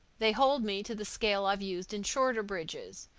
they hold me to the scale i've used in shorter bridges.